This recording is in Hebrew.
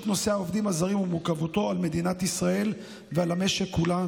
נושא העובדים הזרים ומורכבותו למדינת ישראל ולמשק כולו.